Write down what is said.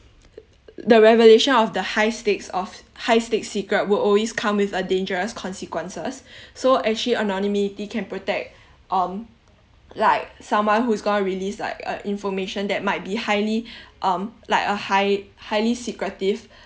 the revelation of the high stakes of high stakes secret will always come with a dangerous consequences so actually anonymity can protect um like someone who's gonna release like uh information that might be highly um like a high highly secretive